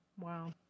Wow